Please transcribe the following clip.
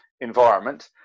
environment